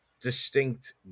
distinct